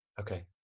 Okay